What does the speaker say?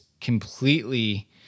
completely